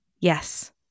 Yes